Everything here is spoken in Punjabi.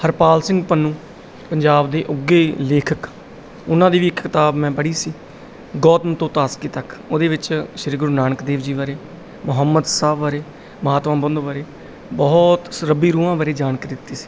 ਹਰਪਾਲ ਸਿੰਘ ਪੰਨੂ ਪੰਜਾਬ ਦੇ ਉੱਘੇ ਲੇਖਕ ਉਹਨਾਂ ਦੀ ਵੀ ਕਿਤਾਬ ਮੈਂ ਪੜ੍ਹੀ ਸੀ ਗੌਤਮ ਤੋਂ ਤਾਸਕੀ ਤੱਕ ਉਹਦੇ ਵਿੱਚ ਸ਼੍ਰੀ ਗੁਰੂ ਨਾਨਕ ਦੇਵ ਜੀ ਬਾਰੇ ਮੁਹੰਮਦ ਸਾਹਿਬ ਬਾਰੇ ਮਹਾਤਮਾ ਬੁੱਧ ਬਾਰੇ ਬਹੁਤ ਸਬੱਬੀ ਰੂਹਾਂ ਬਾਰੇ ਜਾਣਕਾਰੀ ਦਿਤੀ ਸੀ